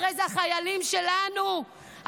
אחרי זה החיילים שלנו,